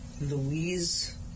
Louise